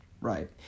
Right